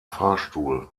fahrstuhl